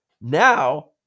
now